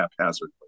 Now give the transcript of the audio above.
haphazardly